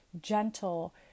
Gentle